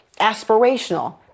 aspirational